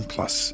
Plus